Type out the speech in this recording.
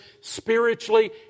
spiritually